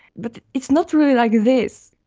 but it's not really like this.